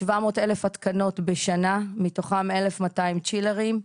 700 אלף התקנות בשנה, מתוכן 1,200 צ'ילרים.